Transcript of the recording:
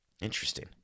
Interesting